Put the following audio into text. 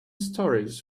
stories